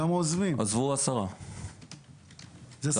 עזבו 10 מפקחים.